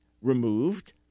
removed